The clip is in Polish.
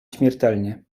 śmiertelnie